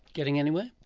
getting anywhere?